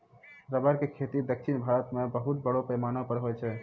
rubber के खेती दक्षिण भारत मॅ बहुत बड़ो पैमाना पर होय छै